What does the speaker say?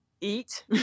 eat